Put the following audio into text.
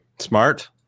smart